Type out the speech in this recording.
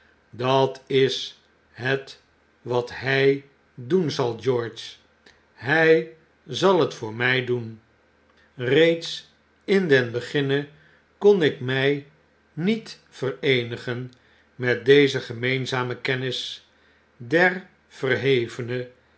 dat is hetwat hy doen zal george hy zal het voor my doen reeds in den beginne kbn ik my niet vereenigen met deze gemeenzame kennis der verhevene